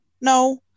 no